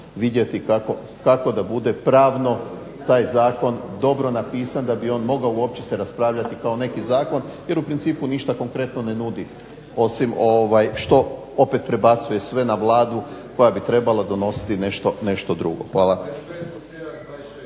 vidjeti kako da bude pravno taj zakon dobro napisan da bi on mogao uopće se raspravljati kao neki zakon. Jer u principu ništa konkretno ne nudi osim što opet prebacuje sve na Vladu koja bi trebala donositi nešto drugo. Hvala.